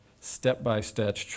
step-by-step